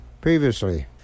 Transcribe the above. previously